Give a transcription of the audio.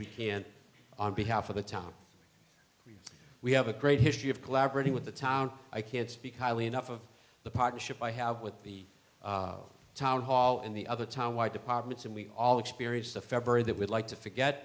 we can on behalf of the town we have a great history of collaborating with the town i can't speak highly enough of the partnership i have with the town hall and the other town white departments and we all experience the february that we'd like to forget